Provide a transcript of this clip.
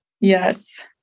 yes